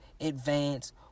advance